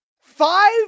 Five